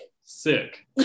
Sick